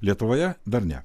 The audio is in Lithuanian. lietuvoje dar ne